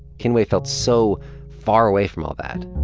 kinue felt so far away from all that.